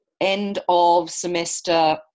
end-of-semester